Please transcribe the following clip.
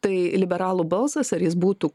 tai liberalų balsas ar jis būtų